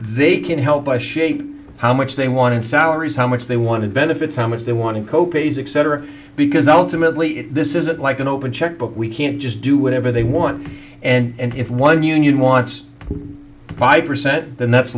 they can help by shape how much they wanted salaries how much they wanted benefits how much they want to co pays accent or because ultimately this isn't like an open checkbook we can't just do whatever they want and if one union wants five percent then that's